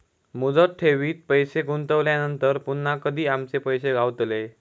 मुदत ठेवीत पैसे गुंतवल्यानंतर पुन्हा कधी आमचे पैसे गावतले?